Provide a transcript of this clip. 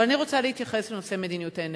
אבל אני רוצה להתייחס לנושא מדיניות האנרגיה.